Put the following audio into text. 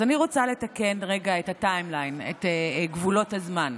אז אני רוצה לתקן את גבולות הזמן.